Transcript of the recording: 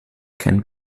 can